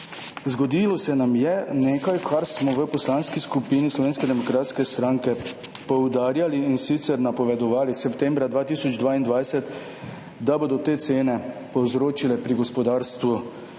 zgodilo se nam je nekaj, kar smo v Poslanski skupini Slovenske demokratske stranke poudarjali, in sicer napovedovali septembra 2022 – da bodo te cene povzročile pri gospodarstvu